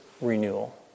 renewal